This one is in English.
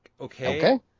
Okay